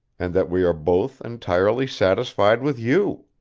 and that we are both entirely satisfied with you.